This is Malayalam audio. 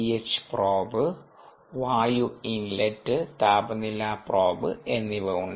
എച്ച് പ്രോബ് വായു ഇൻലെറ്റ് താപനില പ്രോബ് എന്നിവ ഉണ്ട്